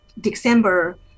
December